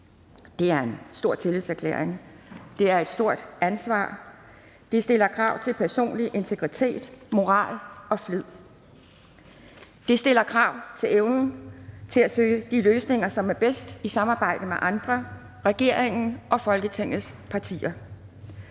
Det er en stor tillidserklæring. Det er et stort ansvar. Det stiller krav til personlig integritet, moral og flid. Det stiller krav til evnen til at søge de løsninger, som er bedst, i samarbejde med andre – regeringen og Folketingets partier.